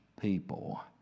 people